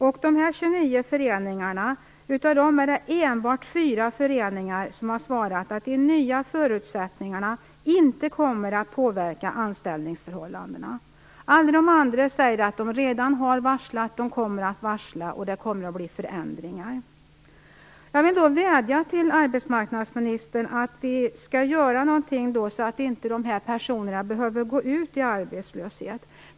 Av de här 29 föreningarna är det enbart 4 som har svarat att de nya förutsättningarna inte kommer att påverka anställningsförhållandena. I alla de andra föreningarna säger man att man redan har varslat eller kommer att varsla och att det kommer att bli förändringar. Jag vill vädja till arbetsmarknadsministern att göra någonting så att de här personerna inte behöver gå ut i arbetslöshet.